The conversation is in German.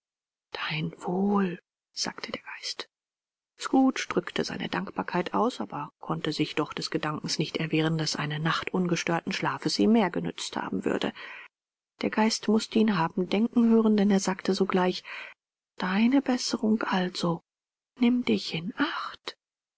dein wohl sagte der geist scrooge drückte seine dankbarkeit aus aber konnte sich doch des gedankens nicht erwehren daß eine nacht ungestörten schlafes ihm mehr genützt haben würde der geist mußte ihn haben denken hören denn er sagte sogleich deine besserung also nimm dich in acht